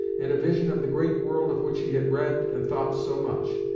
and a vision of the great world of which he had read and thought so much,